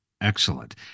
Excellent